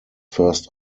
first